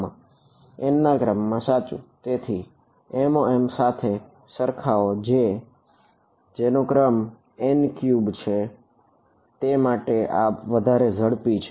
n ના ક્રમમાં સાચું તેથી તેને MoM સાથે સરખાવો કે જેનો ક્રમ n3 છે તે માટે જ આ ઝડપી છે